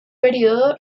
período